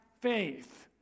faith